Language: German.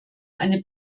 eine